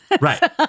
Right